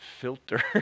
filter